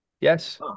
Yes